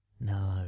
No